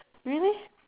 really